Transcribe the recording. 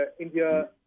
India